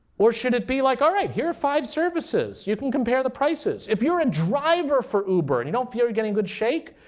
or should it be like, all right, here are five services. you can compare the prices. if you're a driver for uber and you don't feel you're getting good shake,